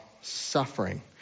suffering